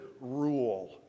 rule